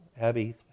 Abby